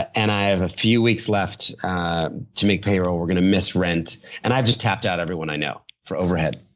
and i have a few weeks left to make payroll, we're going to miss rent and i just tapped out everyone i know for overhead.